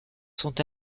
sont